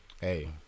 Hey